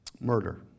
murder